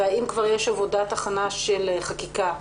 האם כבר יש עבודת הכנה של חקיקה בהתאם?